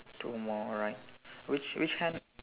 two more alright which which hand